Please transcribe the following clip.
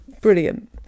brilliant